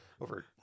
over